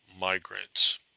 migrants